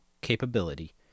capability